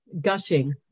gushing